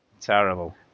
Terrible